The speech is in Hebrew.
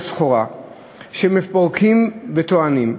לסחורה שהם פורקים וטוענים,